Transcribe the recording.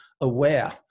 aware